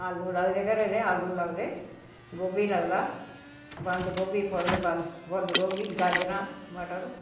आलू लगदे घरै दे आलू लगदे गोबी लगदा बंद गोबी फुल्ल बंद बंद गोबी गाजरां मटर